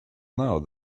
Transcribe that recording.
now